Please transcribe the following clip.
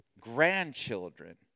Grandchildren